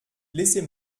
laissez